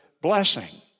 blessing